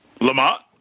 Lamont